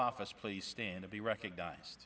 office please stand to be recognized